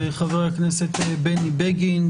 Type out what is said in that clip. חבר הכנסת מקלב וחבר הכנסת בני בגין,